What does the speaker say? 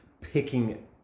picking